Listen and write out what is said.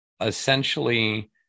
essentially